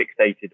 fixated